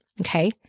Okay